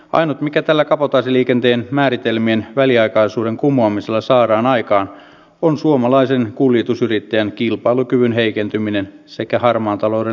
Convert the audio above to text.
ainut mikä tällä kabotaasiliikenteen määritelmien väliaikaisuuden kumoamisella saadaan aikaan on suomalaisen kuljetusyrittäjän kilpailukyvyn heikentyminen sekä harmaan talouden lisääntyminen